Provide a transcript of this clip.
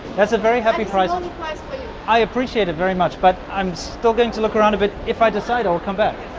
that's a very happy price and and price i appreciate it very much, but i'm still going to look around a bit if i decide i will come back.